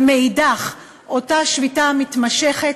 ומאידך גיסא אותה שביתה מתמשכת,